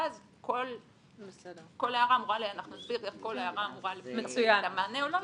ואז אנחנו נסביר איך כל הערה אמורה לקבל את המענה,